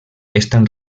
estan